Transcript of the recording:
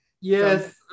Yes